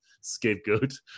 scapegoat